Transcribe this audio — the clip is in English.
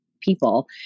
people